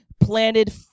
planted